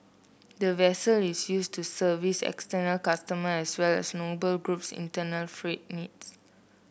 the vessel is used to service external customer as well as Noble Group's internal freight needs